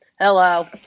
Hello